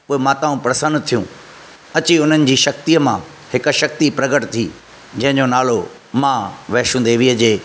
पोइ माताऊं प्रसन्न थियूं अची उन्हनि जी शक्तीअ मां हिकु शक्ति प्रकट थी जंहिंजो नालो मां वैष्णो देवीअ जे